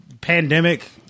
pandemic